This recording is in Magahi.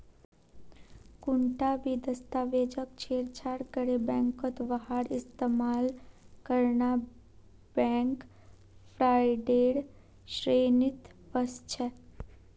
कुंटा भी दस्तावेजक छेड़छाड़ करे बैंकत वहार इस्तेमाल करना बैंक फ्रॉडेर श्रेणीत वस्छे